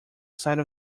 side